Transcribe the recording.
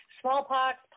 smallpox